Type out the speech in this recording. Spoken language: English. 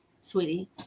sweetie